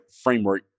framework